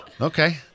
Okay